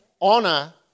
Honor